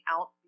out